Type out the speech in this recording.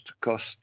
cost